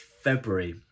February